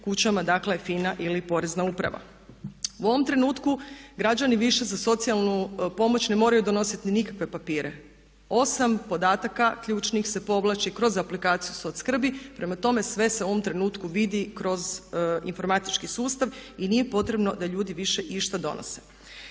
kućama, dakle FINA ili porezna uprava. U ovom trenutku građani više za socijalnu pomoć ne moraju donositi nikakve papire, osam podataka ključnih se povlači kroz aplikaciju soc skrbi, prema tome sve se u ovom trenutku vidi kroz informatički sustav i nije potrebno da ljudi više išta donose.